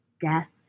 death